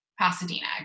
Pasadena